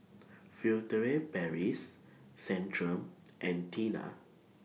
Furtere Paris Centrum and Tena